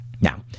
Now